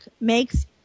makes